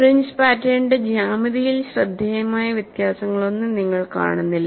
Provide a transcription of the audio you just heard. fringe പാറ്റേണിന്റെ ജ്യാമിതിയിൽ ശ്രദ്ധേയമായ വ്യത്യാസങ്ങളൊന്നും നിങ്ങൾ കാണുന്നില്ല